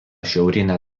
šiaurinė